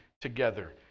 together